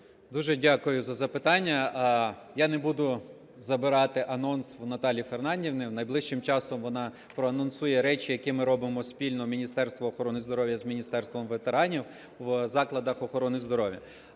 Дуже дякую за запитання. Я не буду забирати анонс у Наталії Фернандівни, найближчим часом вона проанонсує речі, які ми робимо спільно, Міністерство охорони здоров'я з Міністерством ветеранів, в закладах охорони здоров'я.